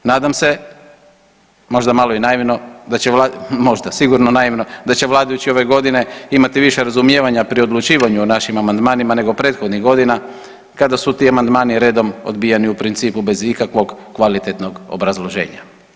Nadam se, možda malo i naivno, možda, sigurno naivno, da će vladajući ove godine imati više razumijevanja pri odlučivanju o našim amandmanima nego prethodnih godina kada su ti amandmani redom odbijeni u principu bez ikakvog kvalitetnog obrazloženja.